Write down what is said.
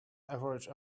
average